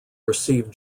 received